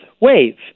wave